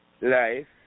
Life